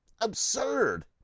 absurd